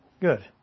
Good